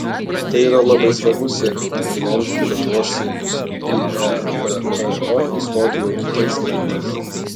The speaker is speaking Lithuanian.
tai yra labai svarbu siekiant įgyvendinti lietuvos siekius į ebpo įstoti jau kitais metais